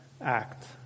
act